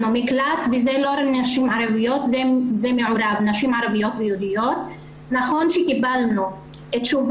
זה בעצם דיון שהוא דיון המשך כדיון מעקב שאנחנו ביקשנו אותו גם